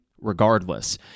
regardless